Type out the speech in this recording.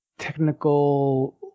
Technical